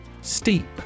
Steep